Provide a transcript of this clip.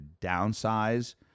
downsize